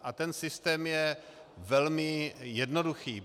A ten systém je velmi jednoduchý.